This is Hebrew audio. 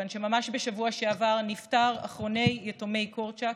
כיוון שממש בשבוע שעבר נפטר אחרון יתומי קורצ'אק,